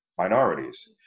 minorities